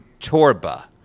Torba